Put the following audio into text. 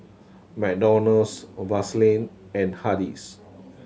McDonald's Vaseline and Hardy's